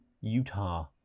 Utah